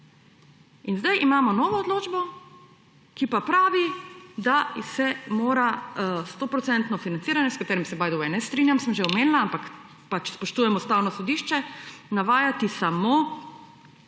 In zdaj imamo novo odločbo, ki pa pravi, da se mora 100-odstotno financiranje, s katerim se mimogrede ne strinjam, sem že omenila, ampak pač spoštujem Ustavno sodišče, navajati samo,